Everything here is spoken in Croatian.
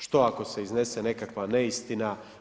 Što ako se iznese nekakva neistina?